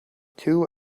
two